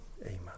Amen